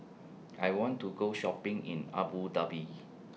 I want to Go Shopping in Abu Dhabi